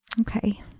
okay